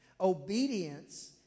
Obedience